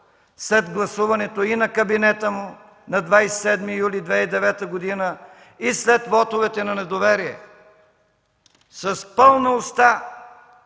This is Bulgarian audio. след гласуването на кабинета му на 27 юли 2009 г. и след вотовете на недоверие. С пълна уста